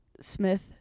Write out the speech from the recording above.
Smith